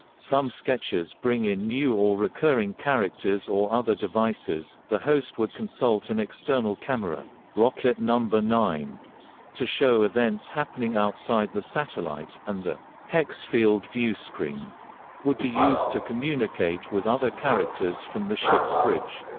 some sketches bring in new or recurring characters or other devices the host would consult an external camera rocket number nine to show events happening outside the satellite, and the hexfield viewscreen would be used to communicate with other characters from the ship's bridge.